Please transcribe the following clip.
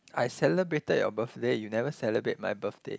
I celebrated your birthday you never celebrate my birthday